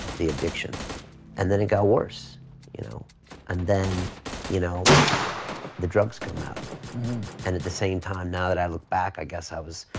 the addiction and then it got worse you know and then you know the drugs come out and at the same time now that i look back i guess i was